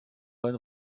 sein